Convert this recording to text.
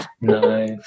Nice